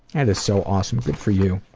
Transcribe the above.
and is so awesome. good for you.